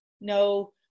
no